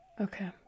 Okay